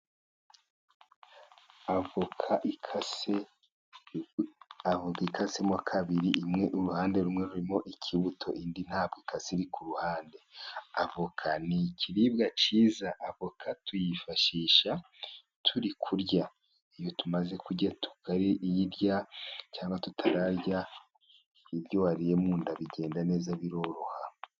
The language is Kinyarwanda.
Avoka ikase ,avoka ikasemo kabiri imwe uruhande rumwe, rurimo ikibuto indi ntabwo ikase iri ku ruhande. Avoka ni ikiribwa cyiza, avoka tuyifashisha turi kurya, iyo tumaze kurya tukayirya cyangwa tutararya, ibyo wariyemo mu nda bigenda neza biroroha.